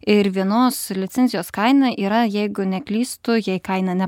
ir vienos licencijos kaina yra jeigu neklystu jei kaina ne